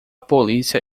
polícia